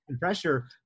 pressure